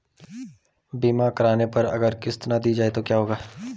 बीमा करने पर अगर किश्त ना दी जाये तो क्या होगा?